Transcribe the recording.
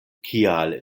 kial